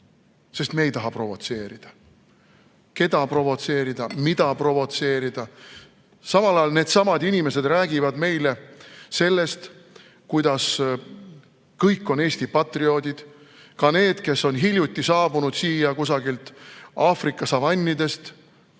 Sest me ei taha provotseerida. Keda provotseerida? Mida provotseerida? Samal ajal needsamad inimesed räägivad meile sellest, kuidas kõik on Eesti patrioodid, ka need, kes on hiljuti saabunud siia kusagilt Aafrika savannidest